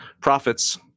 profits